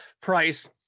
price